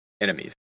enemies